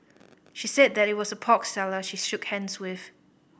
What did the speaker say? she said that it was a pork seller she shook hands with